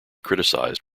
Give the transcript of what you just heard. criticized